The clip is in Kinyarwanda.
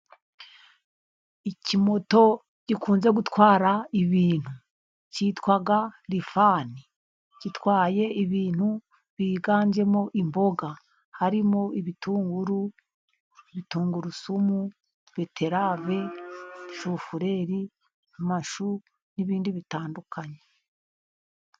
Ikimoto gikunze gutwara ibintu cyitwa lifani gitwaye ibintu byiganjemo imboga harimo: ibitunguru, tungurusumu, beterave ,shufureri, amashu, n'ibindi bitandukanye.